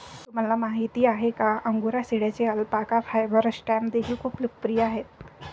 तुम्हाला माहिती आहे का अंगोरा शेळ्यांचे अल्पाका फायबर स्टॅम्प देखील खूप लोकप्रिय आहेत